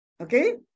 Okay